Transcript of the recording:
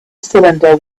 cylinder